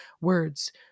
words